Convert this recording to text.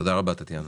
תודה רבה טטיאנה.